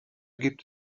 gibt